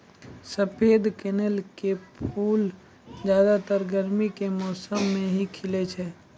सफेद कनेल के फूल ज्यादातर गर्मी के मौसम मॅ ही खिलै छै